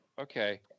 okay